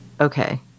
Okay